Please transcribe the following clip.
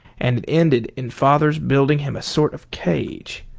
and it ended in father's building him a sort of cage,